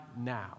now